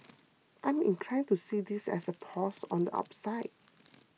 I'm inclined to see this as a pause on the upside